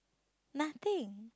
nothing